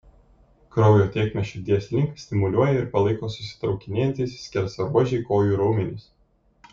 kraujo tėkmę širdies link stimuliuoja ir palaiko susitraukinėjantys skersaruožiai kojų raumenys